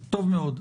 טוב מאוד שנדע.